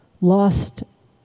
lost